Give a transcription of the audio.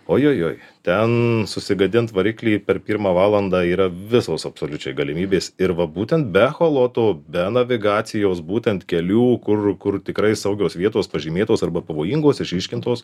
ojojoj ten susigadint variklį per pirmą valandą yra visos absoliučiai galimybės ir va būtent be echoloto be navigacijos būtent kelių kur kur tikrai saugios vietos pažymėtos arba pavojingos išryškintos